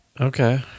okay